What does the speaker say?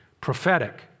prophetic